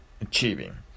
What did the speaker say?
achieving